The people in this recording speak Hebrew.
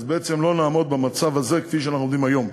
אז בעצם לא נעמוד במצב הזה כפי שאנחנו עומדים היום.